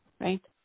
right